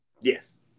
yes